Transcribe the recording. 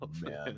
man